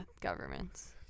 governments